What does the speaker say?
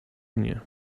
mnie